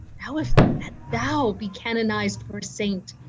now if that thou be canonized for a saint,